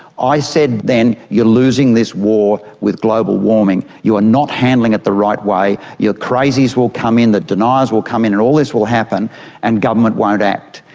i said then, you're losing this war with global warming, you are not handling it the right way, your crazies will come in, the deniers will come in and all this will happen and government won't act.